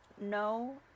no